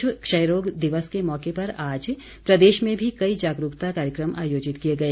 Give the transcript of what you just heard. विश्व क्षय रोग दिवस के मौके पर आज प्रदेश में भी कई जागरूकता कार्यक्रम आयोजित किए गए